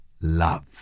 love